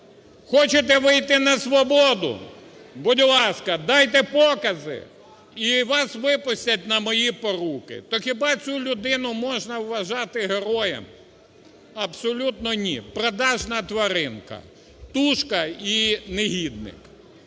"Хочете вийти на свободу – будь ласка, дайте покази – і вас випустять на мої поруки". То хіба цю людину можна вважати героєм? Абсолютно ні. Продажна тваринка, "тушка" і негідник.